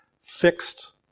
fixed